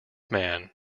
man